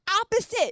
opposite